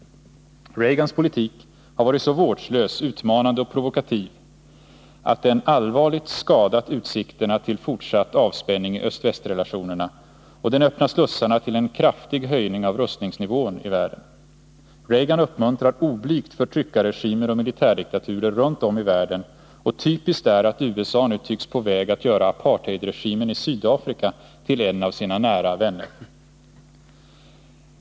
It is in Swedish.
Reagans politik har varit så vårdslös, utmanande och provokativ att den allvarligt skadat utsikterna till fortsatt avspänning i öst-västrelationerna, och den öppnar slussarna till en kraftig höjning av rustningsnivån i världen. Reagan uppmuntrar oblygt förtryckarregimer och militärdiktaturer runt om i världen, och typiskt är att USA nu tycks på väg att göra apartheidregimen i Sydafrika till en av sina nära vänner.